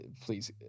Please